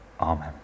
amen